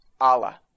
Allah